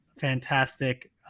fantastic